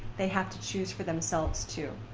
they have to choose for themselves too.